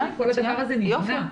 כל הדבר הזה נבנה.